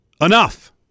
Enough